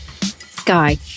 Sky